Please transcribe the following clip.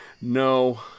No